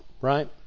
right